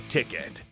Ticket